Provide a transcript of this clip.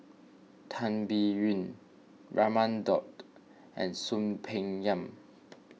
Tan Biyun Raman Daud and Soon Peng Yam